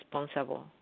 responsible